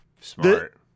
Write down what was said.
smart